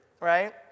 right